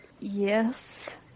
Yes